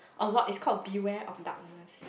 a lot it's called Beware of Darkness